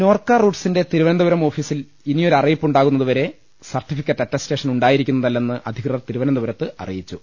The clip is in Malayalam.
നോർക്ക റൂട്ട്സിന്റെ തിരുവനന്തപുരം ഓഫീസിൽ ഇനി ഒരു അറിയിപ്പ് ഉണ്ടാകുന്നതുവരെ സർട്ടിഫിക്കറ്റ് അറ്റസ്റ്റേഷൻ ഉണ്ടാ യിരിക്കുന്നതല്ലെന്ന് അധികൃതർ തിരുവനന്തപുരത്ത് അറിയിച്ചു